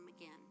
again